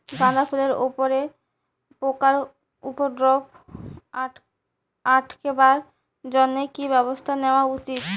গাঁদা ফুলের উপরে পোকার উপদ্রব আটকেবার জইন্যে কি ব্যবস্থা নেওয়া উচিৎ?